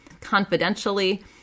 confidentially